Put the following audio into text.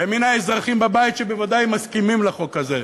ומן האזרחים בבית, שבוודאי מסכימים לחוק הזה,